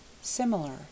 similar